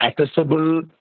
Accessible